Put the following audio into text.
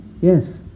yes